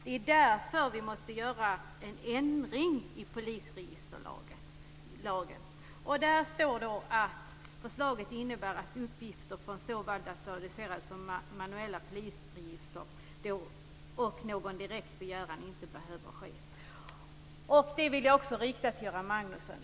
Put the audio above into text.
Det är därför vi måste göra en ändring i polisregisterlagen. Siw Persson skakar på huvudet. Men det står i betänkandet på s. 7 att förslaget innebär att uppgifter från såväl datoriserade som manuella polisregister kan lämnas ut utan att någon direkt begäran behöver ske. Jag vill också rikta mig till Göran Magnusson.